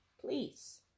please